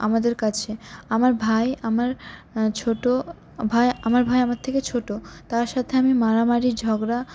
আমাদের কাছে আমার ভাই আমার ছোট ভাই আমার ভাই আমার থেকে ছোট তার সাথে আমি মারামারি ঝগড়া